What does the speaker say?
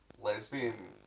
lesbian